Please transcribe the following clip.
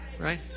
Right